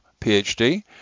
PhD